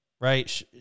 right